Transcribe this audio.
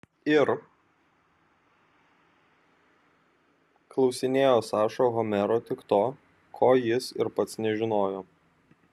ir klausinėjo saša homero tik to ko jis ir pats nežinojo